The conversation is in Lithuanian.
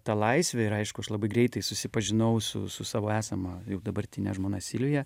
ta laisvė ir aišku aš labai greitai susipažinau su su savo esama jau dabartine žmona silvija